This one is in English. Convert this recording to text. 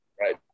Right